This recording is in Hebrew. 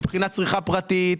מבחינת צריכה פרטית,